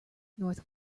north